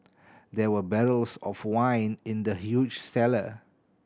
there were barrels of wine in the huge cellar